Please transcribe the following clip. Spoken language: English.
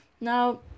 now